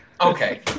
Okay